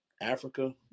Africa